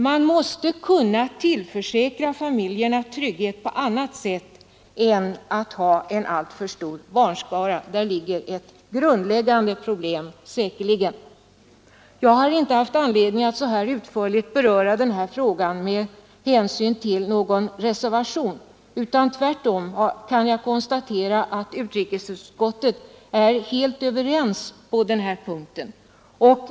Man måste kunna tillförsäkra familjerna trygghet på annat sätt än genom att de har en stor barnskara; där har vi säkert ett grundläggande problem. Jag har inte haft anledning att så här utförligt beröra denna fråga med hänsyn till någon reservation, utan jag konstaterar tvärtom att utrikesutskottet är helt överens på denna punkt.